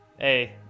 Hey